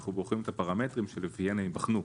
אנחנו בוחרים את הפרמטרים שלפיהם הם ייבחנו.